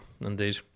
indeed